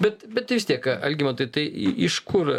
bet bet vis tiek algimantai tai iš kur